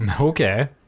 okay